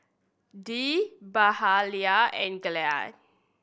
Dee Mahalia and Glynn